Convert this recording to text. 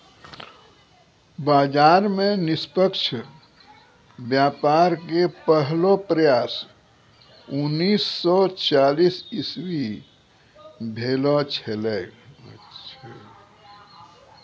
बाजार मे निष्पक्ष व्यापार के पहलो प्रयास उन्नीस सो चालीस इसवी भेलो छेलै